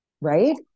right